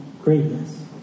greatness